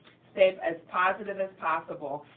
stay as positive as possible.